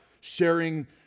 sharing